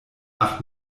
ach